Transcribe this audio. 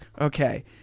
Okay